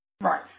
Right